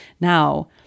now